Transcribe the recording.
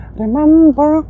remember